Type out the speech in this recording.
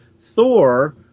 Thor